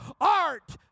art